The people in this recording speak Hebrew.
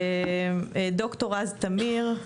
ד"ר רז תמיר,